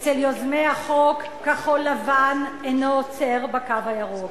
אצל יוזמי החוק, כחול-לבן אינו עוצר ב"קו הירוק".